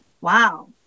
Wow